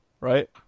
right